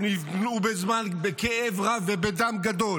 שנבנו בכאב רב ובדם גדול,